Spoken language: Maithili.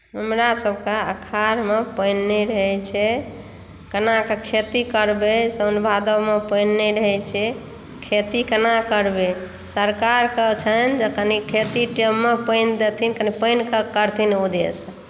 हमरासभके आषाढ़मे पानि नहि रहैत छै केनाके खेती करबै साओन भादबमे पानि नहि रहैत छै खेती केना करबै सरकारके छनि जे कनी खेती टाइममे पानि देथिन कनी पानिक करथिन उद्देश्य